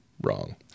Wrong